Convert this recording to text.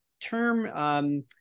term